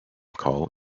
call